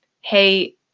Hey